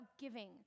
giving